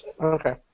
okay